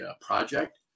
project